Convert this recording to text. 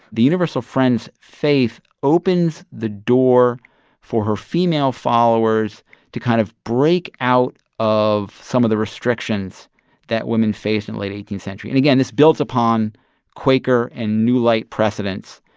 the universal friend's faith opens the door for her female followers to kind of break out of some of the restrictions that women faced in late eighteenth century. and again, this builds upon quaker and new light precedents.